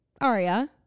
Aria